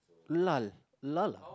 lull lull